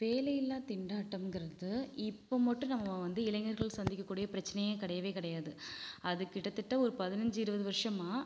வேலையில்லா திண்டாட்டம்ங்கிறது இப்போ மட்டும் நம்ம வந்து இளைஞர்கள் சந்திக்கக் கூடிய பிரச்சனையே கெடையவே கிடையாது அது கிட்டத்தட்ட ஒரு பதினஞ்சு இருபது வருஷமாக